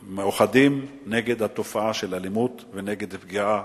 מאוחדים נגד התופעה של אלימות ונגד פגיעה